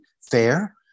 fair